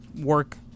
work